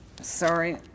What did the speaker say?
sorry